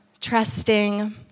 trusting